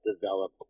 develop